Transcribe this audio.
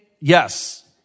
yes